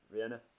Rihanna